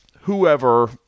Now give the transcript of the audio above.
whoever